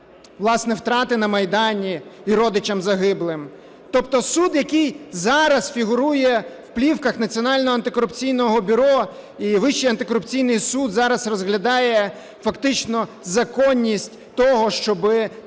власне, втрати на Майдані і родичам загиблих. Тобто суд, який зараз фігурує в плівках Національного антикорупційного бюро, і Вищий антикорупційний суд зараз розглядає фактично законність того, щоб